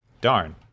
darn